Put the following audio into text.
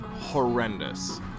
horrendous